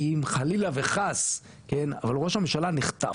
למשל, אם חלילה וחס כן, אבל ראש הממשלה נחטף?